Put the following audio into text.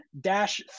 dash